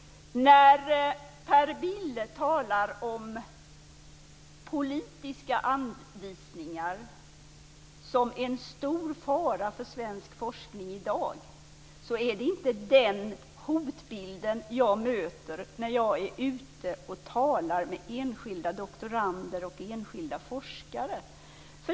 När Per Bill talar om politiska anvisningar som en stor fara för svensk forskning i dag, är det inte den hotbilden jag möter när jag talar med enskilda doktorander och forskare.